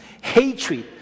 hatred